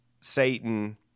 Satan